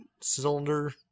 cylinder